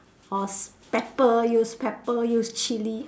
or s~ pepper use pepper use chill